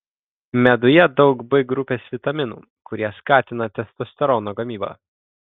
meduje daug b grupės vitaminų kurie skatina testosterono gamybą